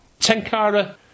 Tenkara